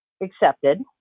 accepted